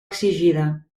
exigida